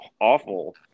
awful